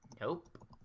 Nope